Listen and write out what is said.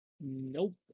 nope